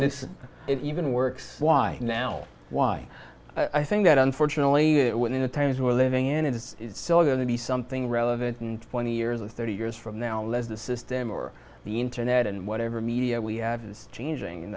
and it's even works why now why i think that unfortunately when the times we're living in it it's still going to be something relevant and twenty years or thirty years from now unless the system or the internet and whatever media we have this changing